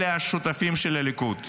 אלה השותפים של הליכוד,